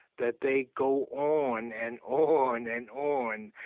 that they go on and on and on,